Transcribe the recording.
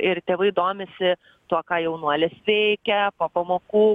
ir tėvai domisi tuo ką jaunuolis veikia po pamokų